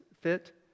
fit